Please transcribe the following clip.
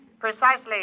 Precisely